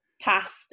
past